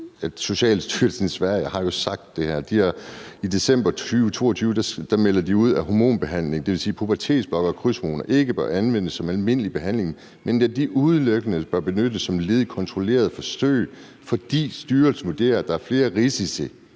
socialstyrelsen i Sverige har jo sagt det her. I december 2022 melder de ud, at hormonbehandling, dvs. pubertetsblokkere og krydshormoner, ikke bør anvendes som almindelig behandling, men at de udelukkende bør benyttes som led i kontrollerede forsøg, fordi styrelsen vurderer, at der er flere risici